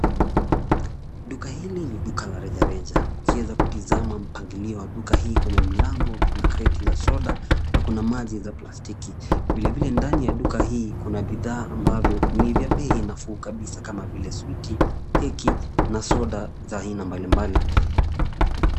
Duka hili ni duka la reja reja. Ukiweza kutazama mpangilio wa duka hili, kwenye mlango kuna kreti za soda na kuna maji za plastiki. Vile vile ndani ya duka hii, kuna bidhaa ambavyo ni vya bei nafuu kabisa kama vile switi, keki na soda za aina mbali mbali.